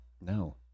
No